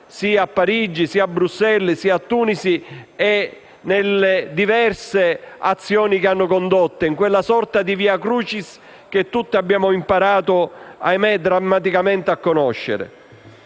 sia a Parigi, che a Bruxelles, che a Tunisi e nelle diverse azioni che hanno condotto in quella sorta di *via crucis* che tutti abbiamo imparato, ahimè, drammaticamente, a conoscere.